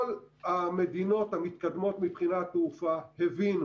כל המדינות המתקדמות מבחינת תעופה הבינו